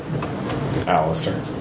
Alistair